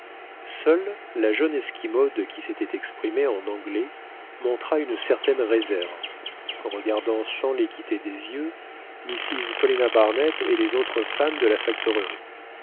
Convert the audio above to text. seule la jeune esquimaude qui s'était exprimée en anglais montra une certaine réserve regardant sans les quitter des yeux mrs paulina barnett et les autres femmes de la